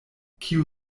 kiu